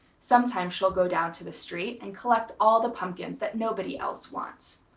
sometimes she'll go down to the street and collect all the pumpkins that nobody else wants.